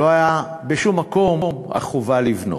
לא הייתה בשום מקום חובה לבנות.